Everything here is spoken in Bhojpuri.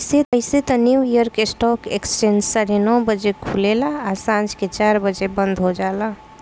अइसे त न्यूयॉर्क स्टॉक एक्सचेंज साढ़े नौ बजे खुलेला आ सांझ के चार बजे बंद हो जाला